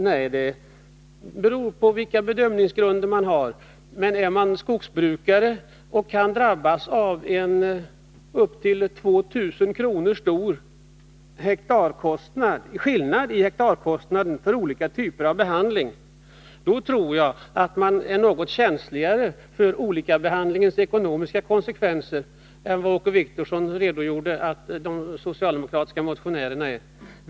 Det beror troligen på hans bedömningsgrunder. Om man är skogsbrukare och kan drabbas av en upp till 2 000 kr. stor skillnad i hektarkostnad för olika typer av behandling, är man nog något känsligare för olikabehandlingens ekonomiska konsekvenser än vad de socialdemokratiska motionärerna är enligt Åke Wictorssons redogörelse.